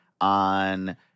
on